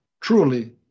truly